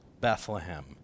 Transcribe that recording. Bethlehem